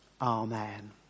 Amen